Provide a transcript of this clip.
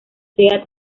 sea